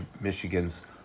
Michigan's